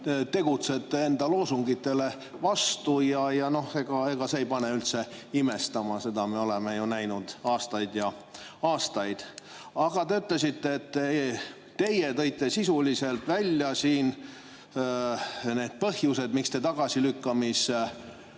tegutsete enda loosungitele vastu. Ega see ei pane üldse imestama, seda me oleme ju näinud aastaid ja aastaid. Aga te ütlesite, et te tõite sisuliselt välja need põhjused, miks te tagasilükkamise